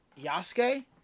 Yasuke